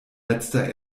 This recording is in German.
letzter